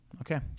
Okay